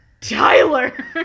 Tyler